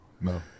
no